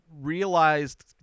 realized